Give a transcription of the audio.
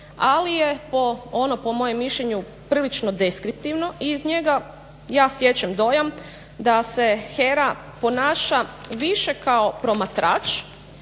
ali je ono po mojem mišljenju prilično deskriptivno i iz njega ja stječem dojam da se HERA ponaša više kao promatrač